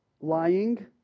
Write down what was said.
Lying